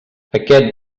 aquest